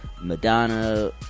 Madonna